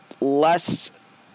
less